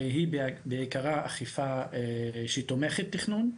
היא בעיקרה אכיפה שתומכת תכנון.